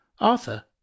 Arthur